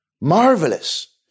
Marvelous